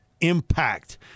impact